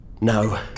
No